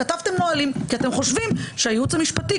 כתבתם נהלים כי אתם חושבים שהייעוץ המשפטי,